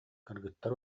кыргыттар